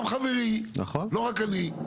גם חברי, לא רק אני.